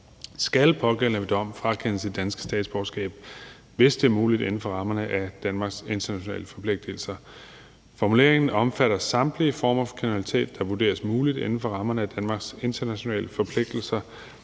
den pågældende ved dom frakendes sit danske statsborgerskab, hvis det er muligt inden for rammerne af Danmarks internationale forpligtelser. Formuleringen omfatter samtlige former for kriminalitet, der vurderes muligt inden for rammerne af Danmarks internationale forpligtelser,